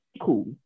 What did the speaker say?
cool